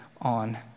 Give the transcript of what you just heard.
on